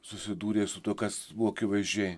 susidūrei su tuo kas buvo akivaizdžiai